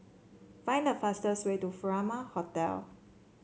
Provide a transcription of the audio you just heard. find the fastest way to Furama Hotel